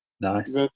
Nice